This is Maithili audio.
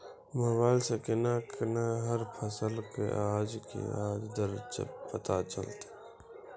मोबाइल सऽ केना कऽ हर फसल कऽ आज के आज दर पता चलतै?